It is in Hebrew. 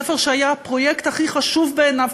ספר שהיה הפרויקט הכי חשוב בעיניו,